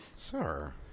Sir